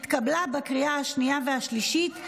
התקבלה בקריאה השנייה והשלישית,